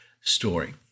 story